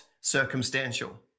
circumstantial